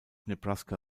nebraska